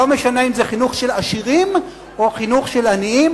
לא משנה אם זה חינוך של עשירים או חינוך של עניים,